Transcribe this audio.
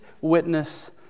witness